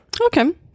Okay